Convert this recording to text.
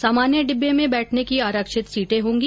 सामान्य डिब्बों में बैठने की आरक्षित सीटें होगी